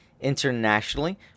internationally